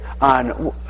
on